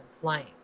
flying